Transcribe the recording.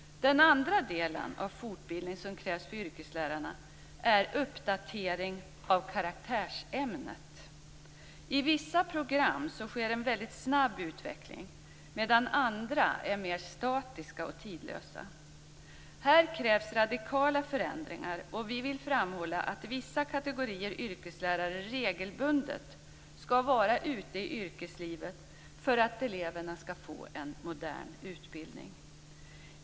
Den andra delen av fortbildning som krävs för yrkeslärarna är uppdatering av karaktärsämnet. I vissa program sker en väldigt snabb utveckling medan andra är mer statiska och tidlösa. Här krävs radikala förändringar. Vi vill framhålla att vissa kategorier yrkeslärare regelbundet skall vara ute i yrkeslivet för att eleverna skall få en modern utbildning.